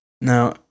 Now